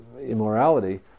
immorality